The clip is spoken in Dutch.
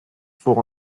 voor